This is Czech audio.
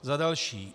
Za další.